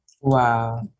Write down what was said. Wow